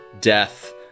death